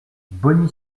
bogny